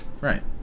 Right